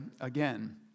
again